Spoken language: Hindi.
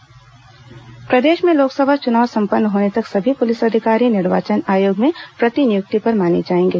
लोकसभा चुनाव पुलिस अधिकारी प्रदेश में लोकसभा चुनाव संपन्न होने तक सभी पुलिस अधिकारी निर्वाचन आयोग में प्रतिनियुक्ति पर माने जाएंगे